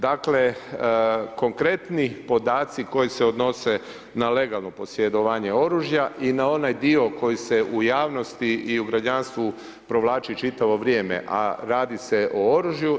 Dakle, konkretni podaci koji se odnose na legalno posjedovanje oružja i na onaj dio koji se u javnosti i u građanstvu provlači čitavo vrijeme a radi se o oružju.